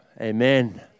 Amen